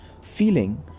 feeling